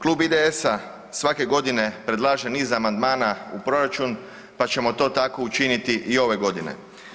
Klub IDS-a svake godine predlaže niz amandmana u proračun pa ćemo to tako učiniti i ove godine.